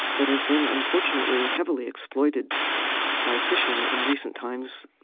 that have been, unfortunately, heavily exploited by fishing in recent times.